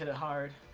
and hard